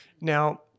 now